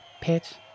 Pet